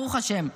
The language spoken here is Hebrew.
ברוך השם.